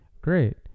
Great